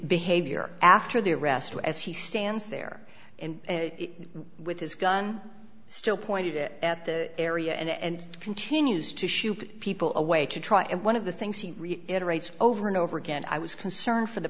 behavior after the arrest as he stands there and with his gun still pointed it at the area and continues to shoot people away to try and one of the things he reiterated over and over again i was concerned for the